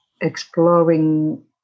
exploring